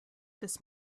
this